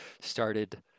started